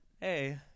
Hey